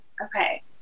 Okay